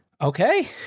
Okay